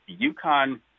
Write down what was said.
UConn